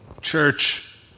Church